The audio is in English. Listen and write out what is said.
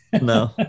no